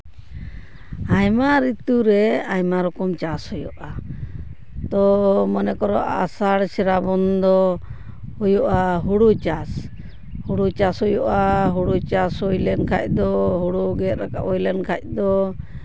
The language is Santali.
ᱟᱭᱢᱟ ᱨᱤᱛᱩᱨᱮ ᱟᱭᱢᱟ ᱨᱚᱠᱚᱢ ᱪᱟᱥ ᱦᱩᱭᱩᱜᱼᱟ ᱛᱚ ᱢᱚᱱᱮ ᱠᱚᱨᱚ ᱟᱥᱟᱲ ᱥᱨᱟᱵᱚᱱ ᱫᱚ ᱦᱩᱭᱩᱜᱼᱟ ᱦᱩᱲᱩ ᱪᱟᱥ ᱦᱩᱲᱩ ᱪᱟᱥ ᱦᱩᱭᱩᱜᱼᱟ ᱦᱩᱲᱩ ᱪᱟᱥ ᱦᱩᱭ ᱞᱮᱱᱠᱷᱟᱱ ᱫᱚ ᱦᱩᱲᱩ ᱜᱮᱫ ᱨᱟᱠᱟᱵᱽ ᱦᱩᱭ ᱞᱮᱱᱠᱷᱟᱱ ᱫᱚ